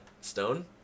Stone